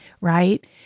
right